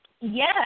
Yes